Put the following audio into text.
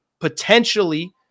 potentially